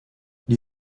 die